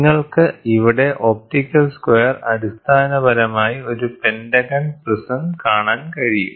നിങ്ങൾക്ക് ഇവിടെ optical square അടിസ്ഥാനപരമായി ഒരു പെന്റഗൺ പ്രിസം കാണാൻ കഴിയും